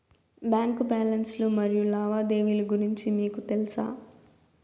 Bank balance లు మరియు లావాదేవీలు గురించి మీకు తెల్సా?